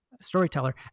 storyteller